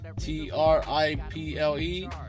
T-R-I-P-L-E